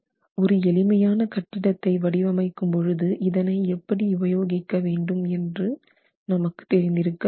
ஒரு எளிமையான கட்டிடத்தை வடிவமைக்கும் பொழுது இதனை எப்படி உபயோகிக்க வேண்டும் என்று நமக்கு தெரிந்திருக்க வேண்டும்